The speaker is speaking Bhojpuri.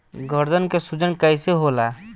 गर्दन के सूजन कईसे होला?